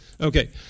Okay